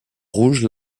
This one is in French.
rouges